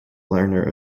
learner